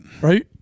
Right